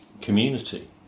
community